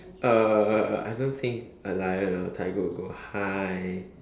uh I don't think a lion or a tiger would go hi